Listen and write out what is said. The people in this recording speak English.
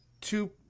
two